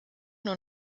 nur